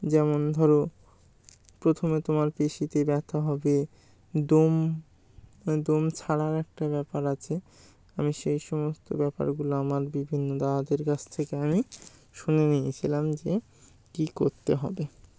যেমন ধরো প্রথমে তোমার পেশিতে ব্যথা হবে দম দম ছাড়ার একটা ব্যাপার আছে আমি সেই সমস্ত ব্যাপারগুলো আমার বিভিন্ন দাদাদের কাছ থেকে আমি শুনে নিয়েছিলাম যে কী করতে হবে